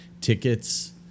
tickets